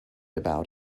about